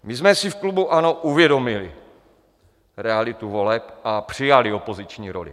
My jsme si v klubu ANO uvědomili realitu voleb a přijali opoziční roli.